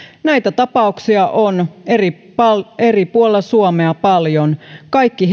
näitä tapauksia on eri puolilla suomea paljon kaikki